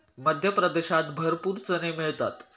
मध्य प्रदेशात भरपूर चणे मिळतात